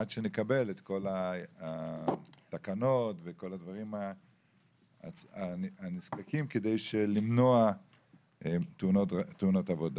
עד שנקבל את כל התקנות וכל הדברים הנזקקים כדי למנוע תאונות עבודה.